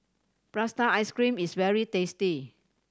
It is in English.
prata ice cream is very tasty